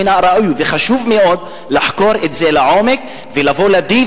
אני חושב שמן הראוי וחשוב מאוד לחקור את זה לעומק ולבוא לדין